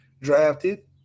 drafted